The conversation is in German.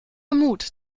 mut